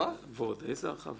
ועוד איזו הרחבה.